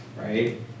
right